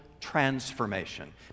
transformation